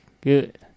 good